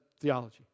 theology